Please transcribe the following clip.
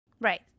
right